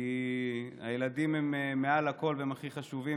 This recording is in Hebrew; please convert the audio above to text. כי הילדים הם מעל הכול והם הכי חשובים.